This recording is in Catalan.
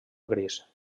gris